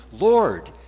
Lord